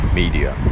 media